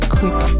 quick